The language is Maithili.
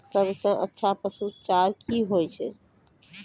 सबसे अच्छा पसु चारा की होय छै?